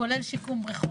כולל שיקום בריכות,